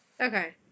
Okay